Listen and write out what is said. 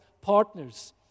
partners